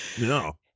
No